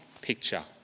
picture